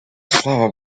слава